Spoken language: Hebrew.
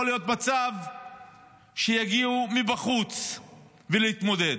יכול להיות מצב שיגיעו מבחוץ להתמודד.